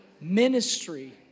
Ministry